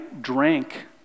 drank